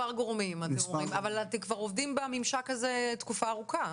אבל אתם עובדים בממשק הזה תקופה ארוכה,